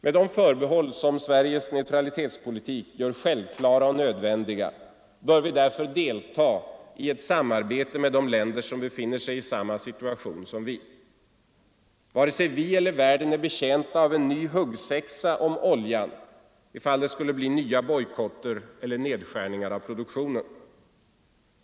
Med de förbehåll som Sveriges neutralitetspolitik gör självklara och nödvändiga bör vi därför delta i ett samarbete med de länder som befinner sig i samma situation som vi. Varken vi eller världen är betjänta av en ny huggsexa om oljan, om det blir nya bojkotter eller nedskärningar av produktionen.